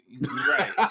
Right